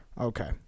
Okay